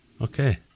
Okay